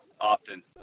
often